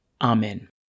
Amen